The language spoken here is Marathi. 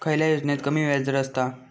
खयल्या योजनेत कमी व्याजदर असता?